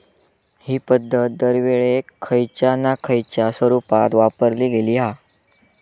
हि पध्दत दरवेळेक खयच्या ना खयच्या स्वरुपात वापरली गेली हा